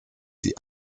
die